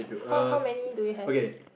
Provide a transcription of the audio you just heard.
how how many do you have